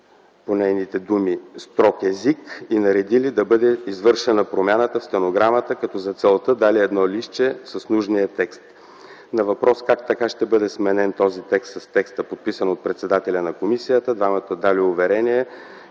по нейните думи „държали строг език” и наредили да бъде извършена промяна в стенограмата, като за целта дали едно листче с нужния текст. На въпрос как така ще бъде сменен „този текст с текста, подписан от председателя на комисия” двамата дали уверение